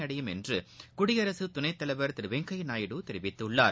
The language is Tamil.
அடையும் என்று குடியரசு துணைத்தலைவர் திரு வெங்கையா நாயுடு தெரிவித்துள்ளார்